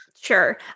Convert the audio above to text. sure